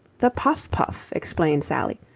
the puff-puff, explained sally.